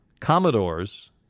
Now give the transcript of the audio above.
Commodores